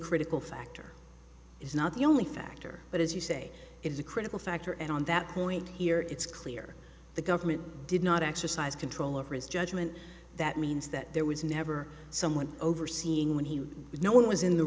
critical factor is not the only factor but as you say is a critical factor and on that point here it's clear the government did not exercise control over his judgment that means that there was never someone overseeing when he did no one was in the